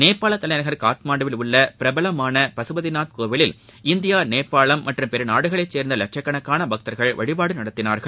நேபாள தலைநகர் காத்மண்டுவில் உள்ள பிரபலமான பசுபதிநாத் கோவிலில் இந்தியா நேபாளம் மற்றும் பிற நாடுகளை சோ்ந்த லட்சக்கணக்கான பக்தர்கள் வழிபாடு நடத்தினார்கள்